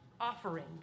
offering